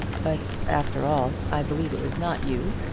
but, after all, i believe it was not you,